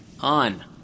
on